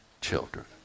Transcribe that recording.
children